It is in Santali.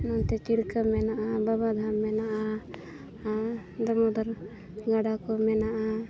ᱱᱚᱱᱛᱮ ᱪᱤᱲᱠᱟᱹ ᱢᱮᱱᱟᱜᱼᱟ ᱵᱟᱵᱟ ᱫᱷᱟᱢ ᱢᱮᱱᱟᱜᱼᱟ ᱟᱨ ᱫᱟᱢᱳᱫᱚᱨ ᱜᱟᱰᱟ ᱠᱚ ᱢᱮᱱᱟᱜᱼᱟ